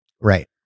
right